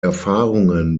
erfahrungen